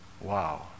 Wow